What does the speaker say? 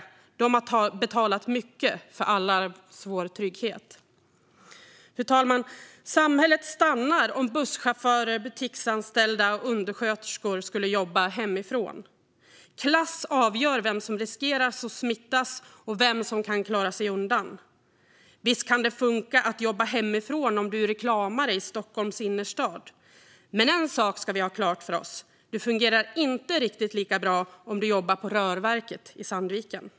De har betalat mycket för allas vår trygghet. Fru talman! Samhället stannar om busschaufförer, butiksanställda och undersköterskor skulle jobba hemifrån. Klass avgör vem som riskerar att smittas och vem som kan klara sig undan. Visst kan det funka att jobba hemifrån om du är reklamare i Stockholms innerstad, men en sak ska vi ha klar för oss: Det fungerar inte riktigt lika bra om du jobbar på rörverket i Sandviken.